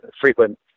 frequent